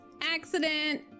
accident